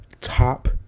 top